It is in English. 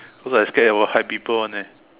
because I scared they will hide people [one] eh